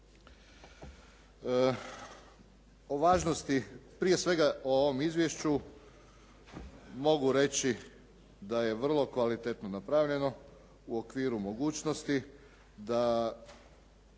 O važnosti prije svega o ovom izvješću mogu reći da je vrlo kvalitetno napravljeno u okviru mogućnosti, da